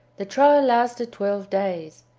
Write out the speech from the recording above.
the trial lasted twelve days.